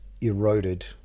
eroded